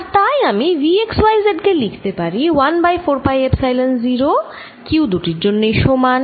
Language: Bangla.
আর তাই আমি V x y z কে লিখতে পারি 1 বাই 4 পাই এপসাইলন 0 q দুটির জন্যই সমান